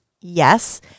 Yes